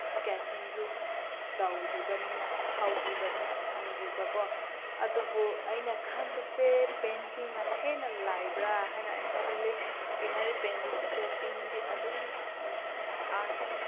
ꯏꯁꯀꯦꯠꯇꯤꯡꯗꯨ ꯇꯧꯗ꯭ꯔꯤꯕꯅꯤꯅ ꯍꯧꯗ꯭ꯔꯤꯕꯅꯤꯅ ꯈꯪꯗ꯭ꯔꯤꯕꯀꯣ ꯑꯗꯨꯕꯨ ꯑꯩꯅ ꯈꯟꯕꯁꯦ ꯄꯦꯟꯇꯤꯡꯅ ꯍꯦꯟꯅ ꯂꯥꯏꯕ꯭ꯔꯥ ꯍꯥꯏꯅ ꯑꯩꯅ ꯈꯜꯂꯦ ꯀꯩꯅꯣ ꯍꯥꯏꯗꯤ ꯄꯦꯟꯁꯤꯜ ꯏꯁꯀꯦꯠꯇꯤꯡꯗꯤ ꯑꯗꯨꯝ ꯑꯥꯔꯠꯁ